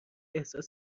احساس